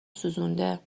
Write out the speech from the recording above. سوزونده